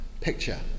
picture